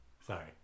Sorry